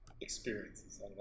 experiences